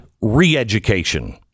re-education